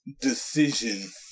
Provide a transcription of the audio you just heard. decision